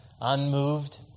unmoved